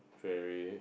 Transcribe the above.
failure